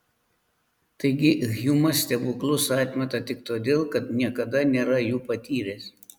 taigi hjumas stebuklus atmeta tik todėl kad niekada nėra jų patyręs